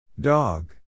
Dog